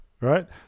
Right